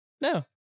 No